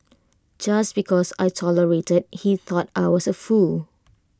just because I tolerated he thought I was A fool